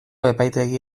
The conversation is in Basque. epaitegi